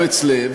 ולמה אומץ לב?